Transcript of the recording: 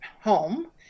home